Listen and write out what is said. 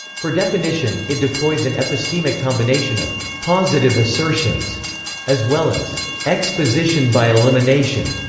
for definition, it deploys an epistemic combination of positive assertions as well as exposition by elimination,